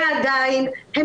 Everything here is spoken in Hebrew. ועדיין הם